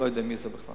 לא יודע מי זה בכלל.